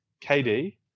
KD